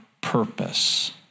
purpose